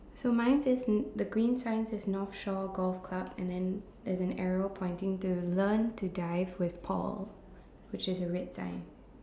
so mine says um the green sign says North Shore Golf Club and then there's an arrow pointing to learn to dive with Paul which is a red sign